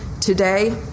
Today